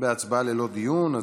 בהצבעה ללא דיון.